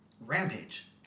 Rampage